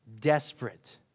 desperate